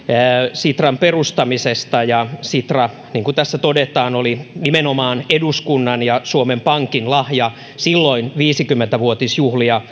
sitran perustamisesta ja sitra niin kuin tässä todetaan oli nimenomaan eduskunnan ja suomen pankin lahja silloin viisikymmentä vuotisjuhlia